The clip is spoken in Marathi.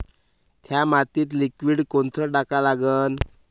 थ्या मातीत लिक्विड कोनचं टाका लागन?